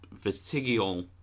vestigial